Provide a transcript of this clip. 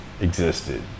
existed